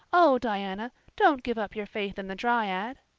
oh, diana, don't give up your faith in the dryad!